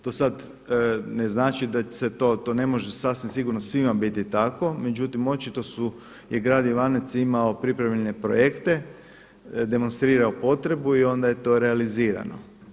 To sad ne znači da se to, to ne može sasvim sigurno svim biti tako međutim očito je Grad Ivanec imao pripremljene projekte, demonstrirao potrebu i onda je to realizirano.